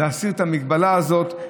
כדי להסיר את המגבלה הזאת,